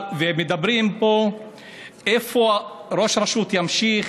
ומדברים פה איפה ראש רשות ימשיך,